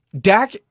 Dak